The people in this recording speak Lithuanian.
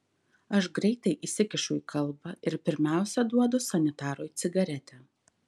aš greitai įsikišu į kalbą ir pirmiausia duodu sanitarui cigaretę